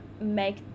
make